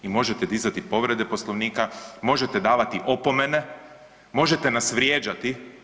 I možete dizati povrede Poslovnika, možete davati opomene, možete nas vrijeđati.